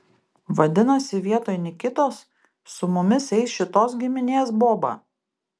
vadinasi vietoj nikitos su mumis eis šitos giminės boba